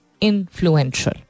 influential